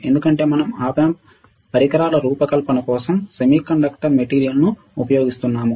ఎందుకంటే మనం op amp పరికరాల రూపకల్పన కోసం సెమీకండక్టర్ మెటీరియల్ను ఉపయోగిస్తున్నాము